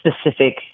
specific